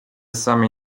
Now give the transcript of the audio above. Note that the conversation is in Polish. sami